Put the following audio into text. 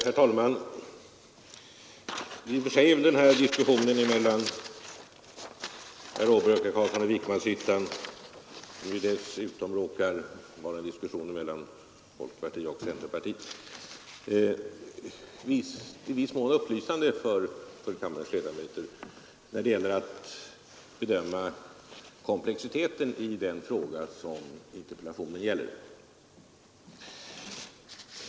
Herr talman! Denna diskussion mellan herr Åberg och herr Carlsson i Vikmanshyttan, som dessutom råkar vara en diskussion mellan folkpartiet och centerpartiet, är i viss mån upplysande för kammarens ledamöter genom att illustrera komplexiteten i den fråga som interpellationen gäller.